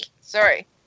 Sorry